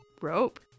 Rope